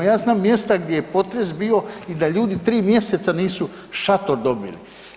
Ja znam mjesta gdje je potres bio i da ljudi 3 mjeseca nisu šator dobili.